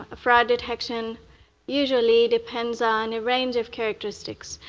ah fraud detection usually depends on a range of characteristics.